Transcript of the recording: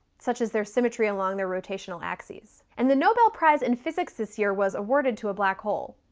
such as their symmetry along their rotational axes. and the nobel prize in physics this year was awarded to a black hole.